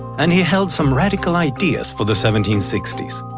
and he held some radical ideas for the seventeen sixty s.